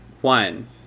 One